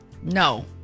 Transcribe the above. No